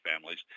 families